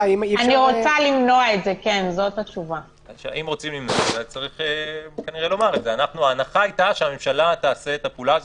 בתוך 12 שעות, תלוי באופי ההחלטה.